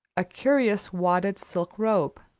a curious wadded silk robe,